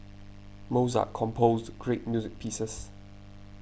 Mozart composed great music pieces